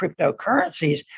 cryptocurrencies